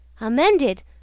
Amended